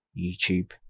YouTube